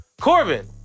Corbin